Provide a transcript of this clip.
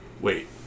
wait